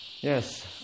yes